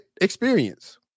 experience